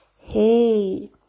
hey